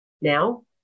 now